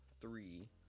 three